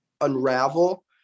unravel